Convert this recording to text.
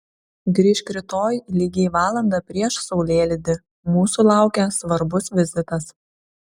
grįžk rytoj lygiai valandą prieš saulėlydį mūsų laukia svarbus vizitas